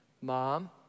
Mom